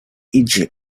egypt